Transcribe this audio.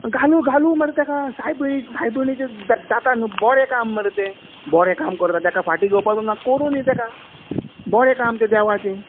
घालू घालू मरे ताका सायब सायबिणीचे ताका बरें काम मरे तें बरें काम करतां ताका फाटी घेवपाचे ना करूनी ताका बोरे काम ते देवाचे